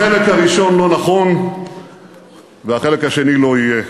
החלק הראשון לא נכון והחלק השני לא יהיה.